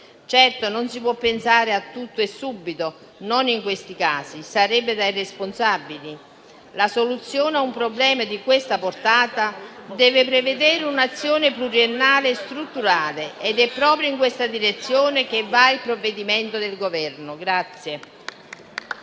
Certamente non si può pensare di avere tutto e subito, non in questi casi: sarebbe da irresponsabili. La soluzione ad un problema di questa portata deve prevedere un'azione pluriennale e strutturale ed è proprio in questa direzione che va il provvedimento del Governo.